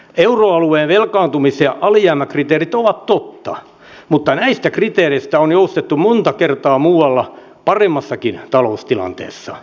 euroalueen velkaantumis ja alijäämäkriteerit ovat totta mutta näistä kriteereistä on joustettu monta kertaa muualla paremmassakin taloustilanteessa